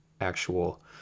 actual